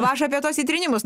o aš apie tuos įtrynimus